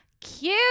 cute